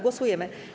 Głosujemy.